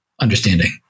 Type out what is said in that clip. understanding